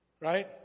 right